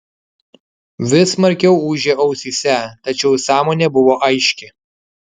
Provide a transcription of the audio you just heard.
vis smarkiau ūžė ausyse tačiau sąmonė buvo aiški